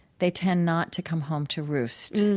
they tend not to come home to roost.